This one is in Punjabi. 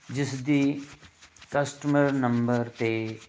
ਜਿਸ ਦੀ ਕਸਟਮਰ ਨੰਬਰ 'ਤੇ